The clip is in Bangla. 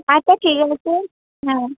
আচ্ছা ঠিক আছে হ্যাঁ